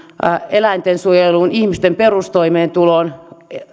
eläintensuojeluun ihmisten perustoimeentuloon